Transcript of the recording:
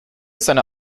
seiner